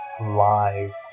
live